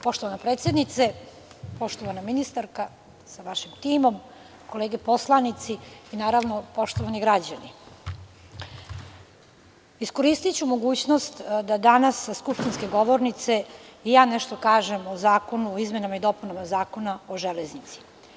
Poštovana predsednice, poštovana ministarka sa vašim timom, kolege poslanici, poštovani građani, iskoristiću mogućnost da danas sa skupštinske govornice i ja nešto kažem o izmenama i dopunama Zakona o železnici.